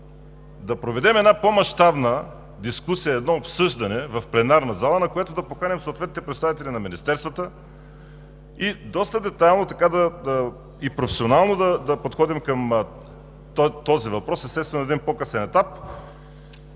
да проведем една по-мащабна дискусия, едно обсъждане в пленарната зала, на което да поканим съответните представители на министерствата и доста детайлно и професионално да подходим към този въпрос, естествено, на един по-късен етап.